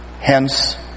Hence